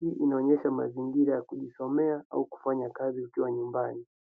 Hii inaonyesha mazingira ya kujisomea au kufanya kazi ukiwa nyumbani.